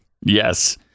Yes